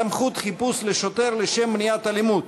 (סמכות חיפוש לשוטר לשם מניעת אלימות),